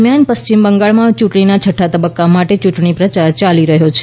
દરમિયાન પશ્ચિમ બંગાળમાં ચૂંટણીના છઠ્ઠા તબક્કા માટે ચૂંટણી પ્રચાર યાલી રહ્યો છે